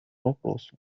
вопросу